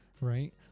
right